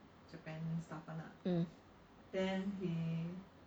hmm